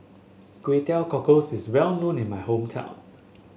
Kway Teow Cockles is well known in my hometown